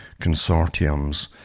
consortiums